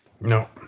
No